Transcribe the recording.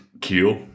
kill